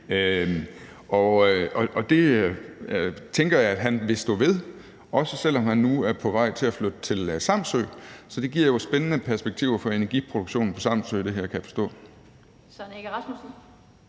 og det tænker jeg at han vil stå ved, også selv om han nu er på vej til at flytte til Samsø. Så det her giver jo spændende perspektiver for energiproduktionen på Samsø, kan jeg forstå.